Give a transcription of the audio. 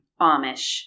Amish